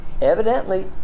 Evidently